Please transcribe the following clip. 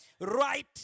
Right